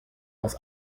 aus